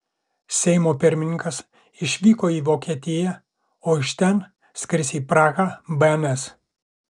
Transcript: seimo pirmininkas išvyko į vokietiją o iš ten skris į prahą bns